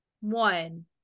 one